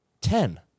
Ten